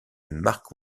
mark